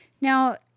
Now